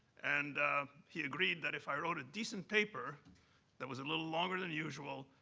and he agreed that if i wrote a decent paper that was a little longer than usual,